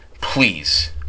please